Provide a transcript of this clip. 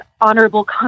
honorable